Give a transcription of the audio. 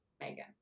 Megan